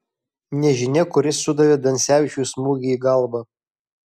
nežinia kuris sudavė dansevičiui smūgį į galvą